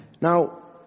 Now